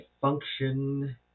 function